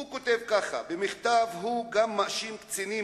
הוא כותב כך: "במכתב הוא גם מאשים קצינים